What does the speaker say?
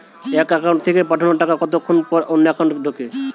এক একাউন্ট থেকে পাঠানো টাকা কতক্ষন পর অন্য একাউন্টে ঢোকে?